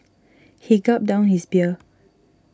he gulped down his beer